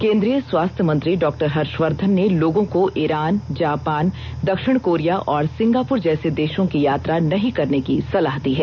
केंद्रीय स्वास्थ्य मंत्री डाक्टर हर्षवर्धन ने लोगों को ईरान जापान दक्षिण कोरिया और सिंगापुर जैसे देशों की यात्रा नहीं करने की सलाह दी है